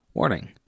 Warning